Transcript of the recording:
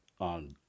on